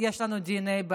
יש לנו דנ"א.